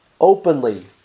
openly